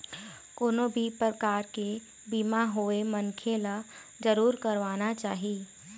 कोनो भी परकार के बीमा होवय मनखे ल जरुर करवाना चाही